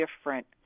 different